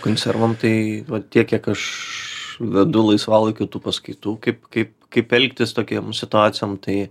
konservam tai vat tiek kiek aš vedu laisvalaikiu tų paskaitų kaip kaip kaip elgtis tokiem situacijom tai